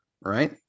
right